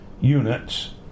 units